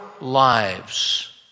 lives